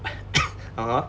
(uh huh)